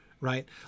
right